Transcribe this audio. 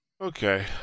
Okay